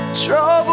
trouble